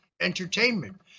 entertainment